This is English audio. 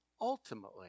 ultimately